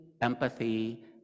empathy